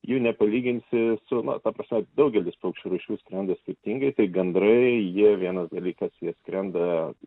jų nepalyginsi su na ta prasme daugelis paukščių rūšių skrenda skirtingai tai gandrai jie vienas dalykas jie skrenda